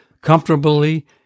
comfortably